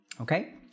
Okay